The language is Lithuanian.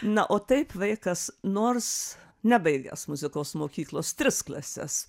na o taip vaikas nors nebaigęs muzikos mokyklos tris klases